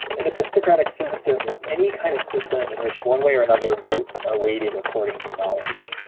an epistocratic system is any kind of system in which one way or another votes are weighted according to knowledge.